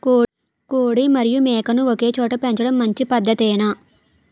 కోడి మరియు మేక ను ఒకేచోట పెంచడం మంచి పద్ధతేనా?